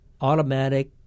automatic